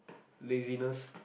laziness